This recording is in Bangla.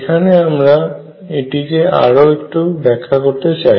এখানে আমরা এটিকে আরো একটু ব্যাখ্যা করতে চাই